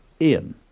Ian